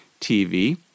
TV